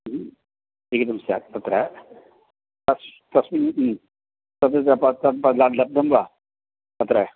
लिखितं स्यात् तत्र तस् तस्मिन् तद् जपा तद् पदा लब्धं वा तत्र